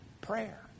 prayer